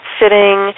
sitting